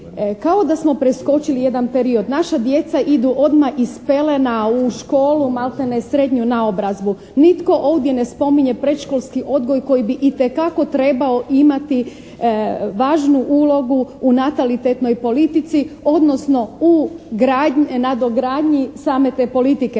Kao da smo preskočili jedan period. Naša djeca idu odmah iz pelena u školu, maltene srednju naobrazbu. Nitko ovdje ne spominje predškolski odgoj koji bi itekako trebao imati važnu ulogu u natalitetnoj politici odnosno u nadogradnji same te politike.